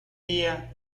día